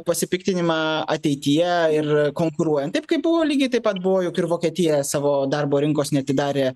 pasipiktinimą ateityje ir konkuruojant taip kaip buvo lygiai taip pat buvo juk ir vokietija savo darbo rinkos neatidarė